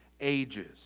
ages